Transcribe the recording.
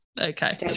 okay